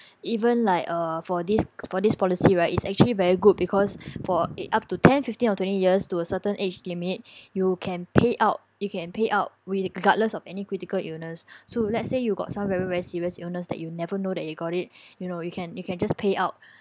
even like uh for this for this policy right it's actually very good because for up to ten fifteen or twenty years to a certain age limit you can pay out you can pay out re~ regardless of any critical illness so let's say you got some very very serious illness that you never know that you got it you know you can you can just pay out